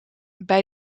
bij